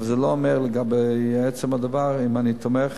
אבל זה לא אומר לגבי עצם הדבר, אם אני תומך.